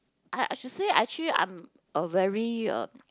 I I should say actually I'm a very um